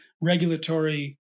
regulatory